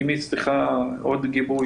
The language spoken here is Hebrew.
אם היא צריכה עוד גיבוי,